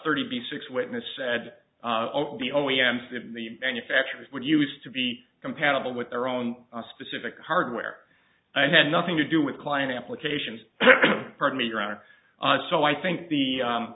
thirty six witness said obie o e m the manufacturers would use to be compatible with their own specific hardware i had nothing to do with client applications pardon me your honor so i think the